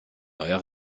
neuer